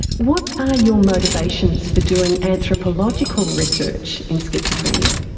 what are your motivations for doing anthropological research in schizophrenia?